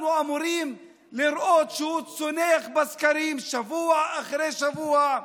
אנחנו אמורים לראות שהוא צונח בסקרים שבוע אחרי שבוע,